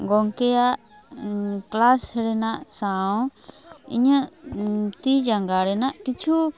ᱜᱚᱝᱠᱮᱭᱟᱜ ᱠᱮᱞᱟᱥ ᱨᱮᱱᱟᱜ ᱥᱟᱶ ᱤᱧᱟ ᱜ ᱛᱤ ᱡᱟᱸᱜᱟ ᱨᱮᱱᱟᱜ ᱠᱤᱪᱷᱩ